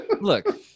look